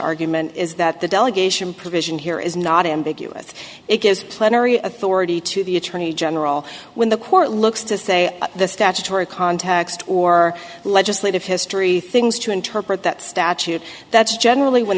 argument is that the delegation provision here is not ambiguous it gives plenary authority to the attorney general when the court looks to say the statutory context or legislative history things to interpret that statute that's generally when